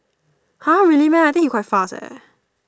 !huh! really meh I think he quite fast eh